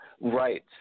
Right